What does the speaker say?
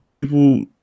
People